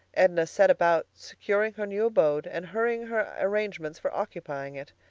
edna set about securing her new abode and hurrying her arrangements for occupying it.